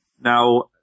Now